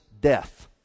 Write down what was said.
death